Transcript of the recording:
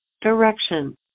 direction